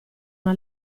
una